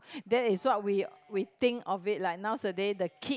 that is what we we think of it lah nowadays the kid